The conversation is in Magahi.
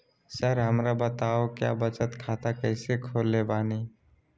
सर हमरा बताओ क्या बचत खाता कैसे खोले बानी?